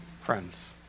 friends